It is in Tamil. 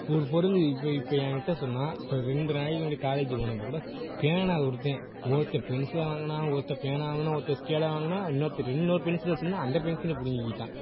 ஒரு பொருள் இப்போ இப்போ என் கிட்டே சொன்னால் இப்போ ரெண்டு நாளைக்கு முன்னாடி காலேஜுக்கு போனப்போ கூட பேனா கொடுத்தேன் ஒருத்தன் பென்சிலை வாங்கினான் ஒருத்தன் பேனா வாங்கினான் ஒருத்தன் ஸ்கேலை வாங்கினான் இன்னொருத்தன்கிட்ட இன்னொரு பென்சிலை வச்சுருந்தேன் அந்த பென்சிலையும் பிடுங்கிக்கிட்டான்